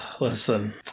listen